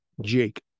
Jake